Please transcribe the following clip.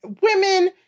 women